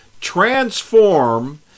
transform